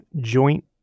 joint